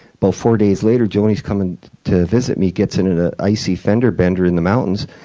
but four days later, joanie's coming to visit me, gets in an ah icy fender-bender in the mountains,